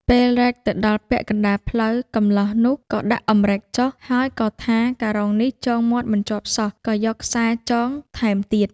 ពេលរែកទៅដល់ពាក់កណ្តាលផ្លូវ កម្លោះនោះក៏ដាក់អម្រែកចុះ ហើយក៏ថាការុងនេះចងមាត់មិនជាប់សោះ ក៏យកខ្សែចងថែមទៀត